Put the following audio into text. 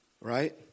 right